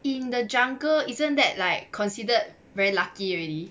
in the jungle isn't that like considered very lucky you already